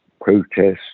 protests